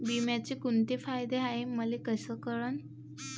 बिम्याचे कुंते फायदे हाय मले कस कळन?